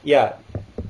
ya